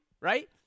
right